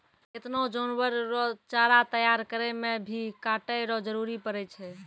केतना जानवर रो चारा तैयार करै मे भी काटै रो जरुरी पड़ै छै